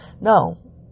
No